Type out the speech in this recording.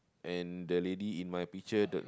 and the lady in my picture the